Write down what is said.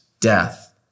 death